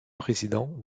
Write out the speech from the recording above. présidents